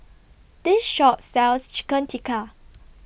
This Shop sells Chicken Tikka